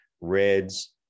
reds